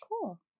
cool